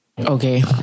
Okay